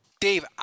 Dave